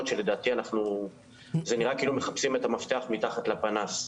שלדעתי זה נראה כאילו מחפשים את המפתח מתחת לפנס.